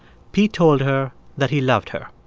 pete told her that he loved her.